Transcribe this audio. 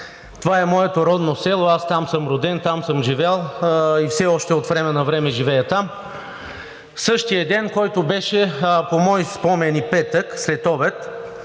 това е моето родно село. Аз съм роден там, там съм живял и все още от време на време живея там. Същия ден, който по мои спомени беше петък, следобед,